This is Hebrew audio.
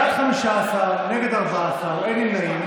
בעד, 15, נגד, 14, אין נמנעים.